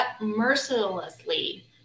mercilessly